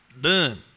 done